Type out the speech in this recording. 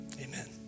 amen